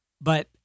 But-